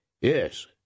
Yes